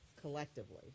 collectively